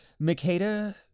Makeda